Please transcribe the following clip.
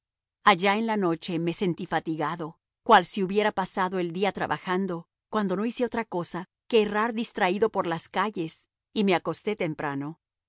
allá a la noche me sentí fatigado cual si hubiera pasado el día trabajando cuando no hice otra cosa que errar distraído por las calles y me acosté temprano